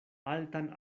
altan